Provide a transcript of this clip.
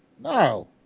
No